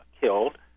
killed